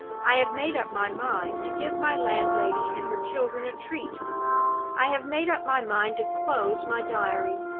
i have made up my mind to give my landlady and her children a treat i have made up my mind to close my diary.